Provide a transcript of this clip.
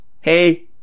hey